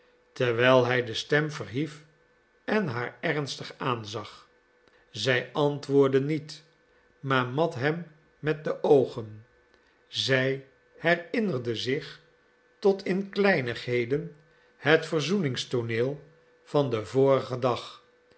terwijl hij de stem verhief en haar ernstig aanzag zij antwoordde niet maar mat hem met de oogen zij herinnerde zich tot in kleinigheden het verzoeningstooneel van den vorigen dag